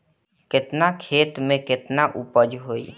केतना खेत में में केतना उपज होई?